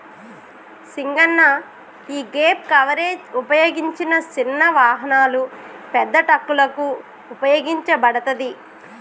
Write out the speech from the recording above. సింగన్న యీగేప్ కవరేజ్ ఉపయోగించిన సిన్న వాహనాలు, పెద్ద ట్రక్కులకు ఉపయోగించబడతది